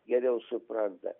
geriau supranta